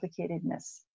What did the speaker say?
complicatedness